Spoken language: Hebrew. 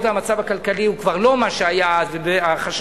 היות שהמצב הכלכלי הוא כבר לא היה מה שהיה אז,